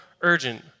urgent